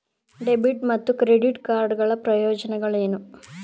Debit ಮತ್ತು credit card ಗಳ ಪ್ರಯೋಜನಗಳೇನು?